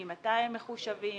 ממתי הם מחושבים,